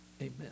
Amen